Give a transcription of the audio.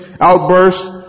outbursts